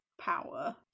power